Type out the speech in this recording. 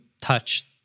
touch